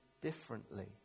differently